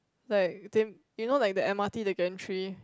like they you know like the m_r_t the entry